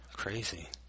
Crazy